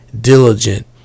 diligent